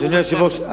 אדוני היושב-ראש,